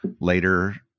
later